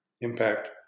impact